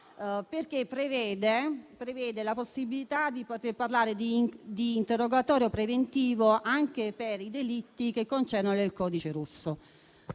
perché prevede la possibilità di parlare di interrogatorio preventivo anche per i delitti che concernono il codice rosso.